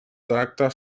tracta